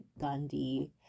Gandhi